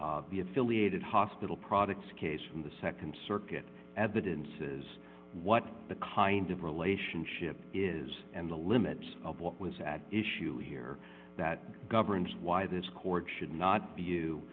the affiliated hospital products case from the nd circuit evidences what the kind of relationship is and the limits of what was at issue here that governs why this court should not